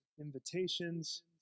invitations